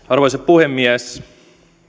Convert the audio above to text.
arvoisa puhemies